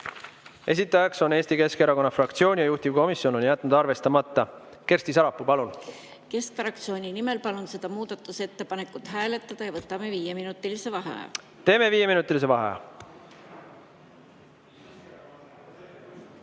esitaja on Eesti Keskerakonna fraktsioon, juhtivkomisjon on jätnud arvestamata. Kersti Sarapuu, palun! Keskfraktsiooni nimel palun seda muudatusettepanekut hääletada ja võtame viieminutilise vaheaja. Teeme viieminutilise vaheaja.V